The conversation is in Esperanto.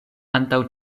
antaŭ